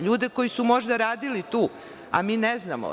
LJude koji su možda radili tu, a mi ne znamo?